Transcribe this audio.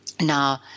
Now